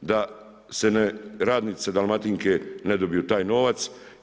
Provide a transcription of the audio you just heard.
da se radnice Dalmatinke ne dobiju taj novac.